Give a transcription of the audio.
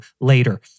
later